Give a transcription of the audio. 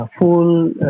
full